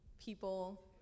people